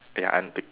ya antics